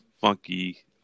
funky